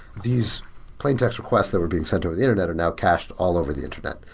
these plaintext requests that were being sent over the internet are now cached all over the internet,